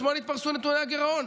אתמול התפרסמו נתוני הגירעון.